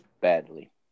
badly